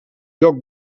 lloc